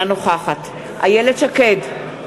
אינה נוכחת איילת שקד,